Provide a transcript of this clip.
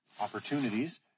opportunities